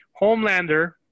Homelander